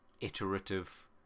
iterative